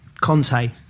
Conte